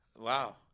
Wow